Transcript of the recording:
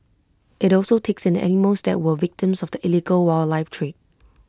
IT also takes in animals that were victims of the illegal wildlife trade